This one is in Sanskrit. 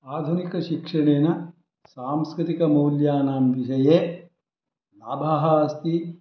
आधुनिकशिक्षणेन सांस्कृतिकमौल्यानां विषये लाभाः अस्ति